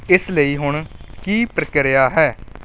ਇਸ ਲਈ ਹੁਣ ਕੀ ਪ੍ਰਕਿਰਿਆ ਹੈ